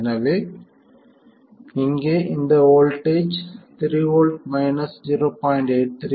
எனவே இங்கே இந்த வோல்ட்டேஜ் 3 V 0